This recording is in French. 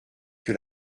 que